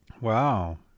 Wow